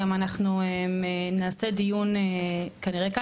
גם אנחנו נעשה דיון כנראה כאן,